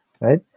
right